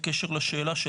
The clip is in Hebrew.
בקשר לשאלה,